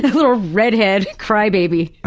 little redhead crybaby.